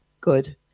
good